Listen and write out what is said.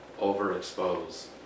overexpose